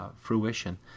fruition